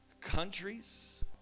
countries